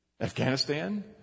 Afghanistan